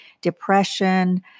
depression